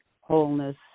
wholeness